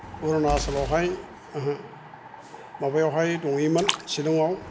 अरुनाचलआवहाय ओहो माबायावहाय दंहैयोमोन सिलंआव